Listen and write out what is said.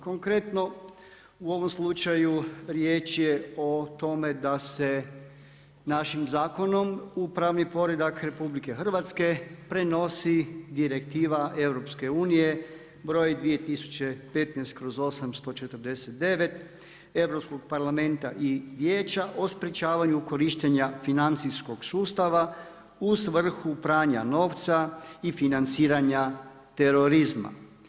Konkretno u ovom slučaju riječ je o tome da se našim zakonom upravni poredak RH prenosi Direktiva EU br. 2016/849 Europskog parlamenta i Vijeća o sprječavanju korištenja financijskog sustava u svrhu pranja novca i financiranja terorizma.